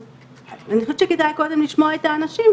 אני חושבת שכדאי קודם לשמוע את האנשים,